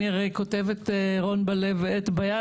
אני כותבת "רון בלב ועט ביד",